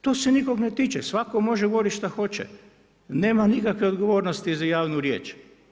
To se nikog ne tiče, svako može govoriti šta hoće, nema nikakve odgovornosti za javnu riječ.